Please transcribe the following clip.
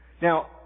Now